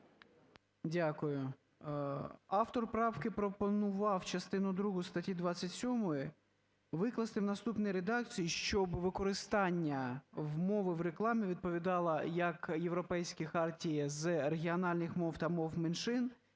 Дякую. Автор правки пропонував частину другу статті 27 викласти в наступній редакції. Щоб використання мови в рекламі відповідало як Європейській хартії з регіональних мов та мов меншин,